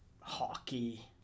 hockey